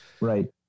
Right